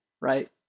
right